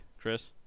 Chris